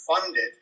funded